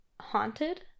haunted